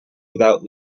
without